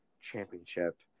championship